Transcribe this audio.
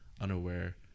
unaware